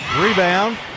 Rebound